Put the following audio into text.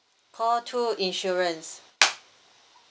call two insurance